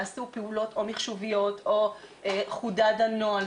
נעשו פעולות או מחשוביות או חודד הנוהל.